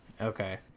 Okay